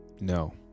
No